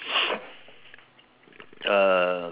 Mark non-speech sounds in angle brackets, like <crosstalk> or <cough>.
<noise>